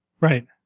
right